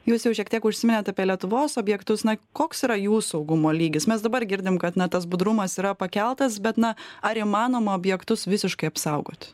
jūs jau šiek tiek užsiminėt apie lietuvos objektus na koks yra jų saugumo lygis mes dabar girdim kad na tas budrumas yra pakeltas bet na ar įmanoma objektus visiškai apsaugot